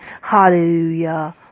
hallelujah